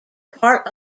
part